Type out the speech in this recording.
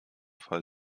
fall